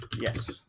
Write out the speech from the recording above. Yes